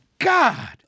God